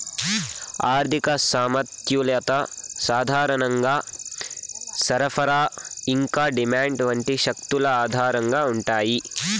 ఆర్థిక సమతుల్యత సాధారణంగా సరఫరా ఇంకా డిమాండ్ వంటి శక్తుల ఆధారంగా ఉంటాయి